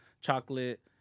chocolate